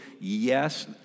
Yes